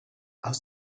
aus